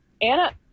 Anna